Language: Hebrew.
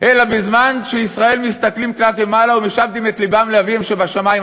אלא בזמן שישראל מסתכלים כלפי מעלה ומשעבדין את לבם לאביהם שבשמים.